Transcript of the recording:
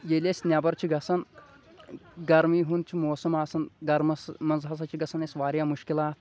ییٚلہِ أسۍ نٮ۪بر چھِ گژھان گرمی ہُنٛد چھُ موسم آسان گرمس منٛز ہسا چھِ گژھان اسہِ واریاہ مُشکلات